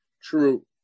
true